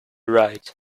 write